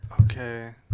Okay